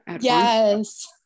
Yes